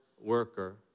worker